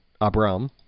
Abram